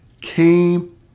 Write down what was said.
came